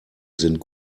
sind